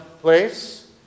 place